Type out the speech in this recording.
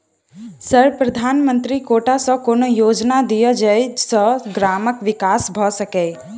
Sir प्रधानमंत्री कोटा सऽ कोनो योजना दिय जै सऽ ग्रामक विकास भऽ सकै?